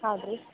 ಹೌದು ರೀ